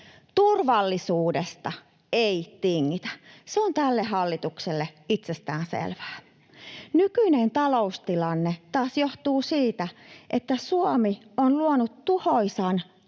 Turvallisuudesta ei tingitä, se on tälle hallitukselle itsestäänselvää. Nykyinen taloustilanne taas johtuu siitä, että Suomi on luonut tuhoisan